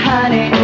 Honey